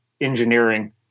engineering